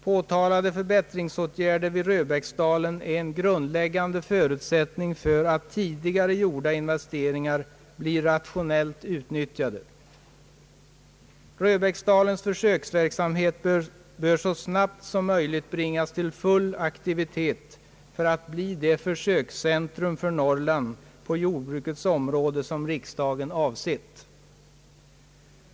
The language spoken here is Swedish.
De begärda förbättringsåtgärderna vid Röbäcksdalen är en grundläggande förutsättning för att tidigare gjorda investeringar blir rationellt utnyttjade. Röbäcksdalens försöksverksamhet bör så snabbt som möjligt bringas till full aktivitet för att Röbäcksdalen skall bli det försöksceentrum för Norrland på jordbrukets område som riksdagen avsett.